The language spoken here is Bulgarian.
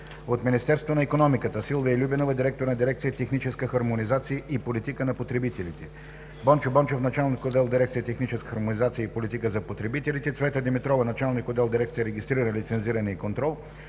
- Министерството на икономиката: Силвия Любенова – директор на Дирекция „Техническа хармонизация и политика за потребителите“, Бончо Бончев – началник отдел в Дирекция „Техническа хармонизация и политика за потребителите“, Цвета Димитрова – началник отдел в Дирекция „Регистриране, лицензиране и контрол“,